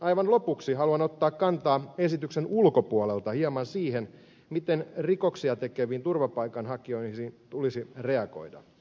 aivan lopuksi haluan ottaa kantaa esityksen ulkopuolelta hieman siihen miten rikoksia tekeviin turvapaikanhakijoihin tulisi reagoida